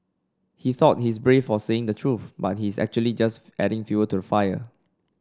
he thought he's brave for saying the truth but he's actually just adding fuel to the fire